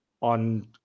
on